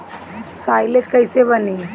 Silage कईसे बनी?